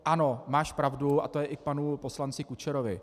Ano, máš pravdu a to i k panu poslanci Kučerovi.